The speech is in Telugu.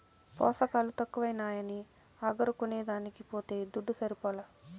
పోసకాలు తక్కువైనాయని అగరు కొనేదానికి పోతే దుడ్డు సరిపోలా